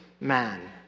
man